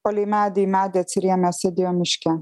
palei medį į medį atsirėmęs sėdėjo miške